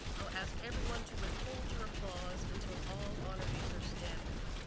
i'll ask everyone to withhold your applause until all honorees are standing.